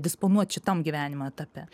disponuot šitamgyvenimo etape